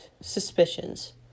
suspicions